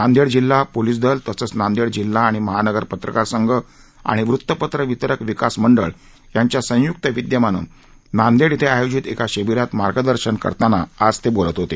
नांदेड जिल्हा पोलीस दल तसंच नांदेड जिल्हा आणि महानगर पत्रकार संघ आणि वृत्तपत्र वितरक विकास मंडळ यांच्या संयुक्त विद्यमानं नांदेड ििं आयोजित एका शिबीरात मार्गदर्शन करताना आज ते बोलत होते